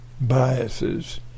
biases